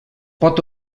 pot